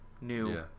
new